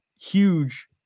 huge